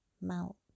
melt